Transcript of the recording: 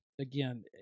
again